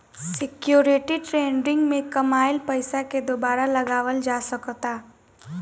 security trading में कामयिल पइसा के दुबारा लगावल जा सकऽता